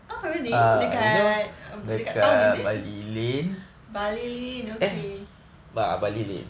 oh really dekat dekat town is it bali lane okay